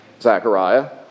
Zachariah